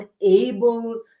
unable